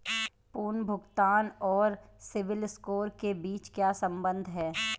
पुनर्भुगतान और CIBIL score के बीच क्या संबंध है?